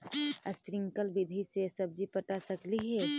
Sprinkle विधि से सब्जी पटा सकली हे?